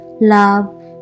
love